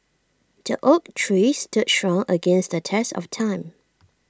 the oak tree stood strong against the test of time